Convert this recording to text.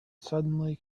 suddenly